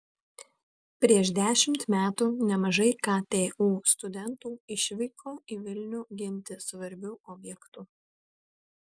prieš dešimt metų nemažai ktu studentų išvyko į vilnių ginti svarbių objektų